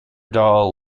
doll